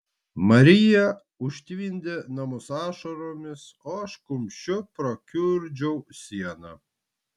marija užtvindė namus ašaromis o aš kumščiu prakiurdžiau sieną